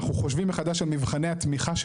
אנחנו חושבים מחדש על מבחני תמיכה.